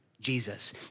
Jesus